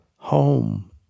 Home